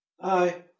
Hi